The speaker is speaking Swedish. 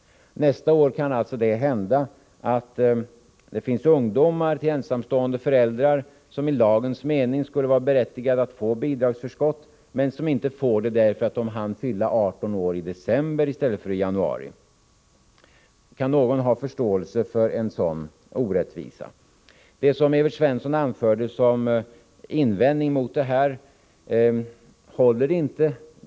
Nästa år kan det alltså hända att barn till ensamstående föräldrar som i lagens mening skulle vara berättigade att få bidragsförskott inte får det, därför att de hann fylla 18 år i december i stället för i januari. Kan någon ha förståelse för en sådan orättvisa? Det som Evert Svensson anförde som invändning håller inte.